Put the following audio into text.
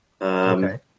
Okay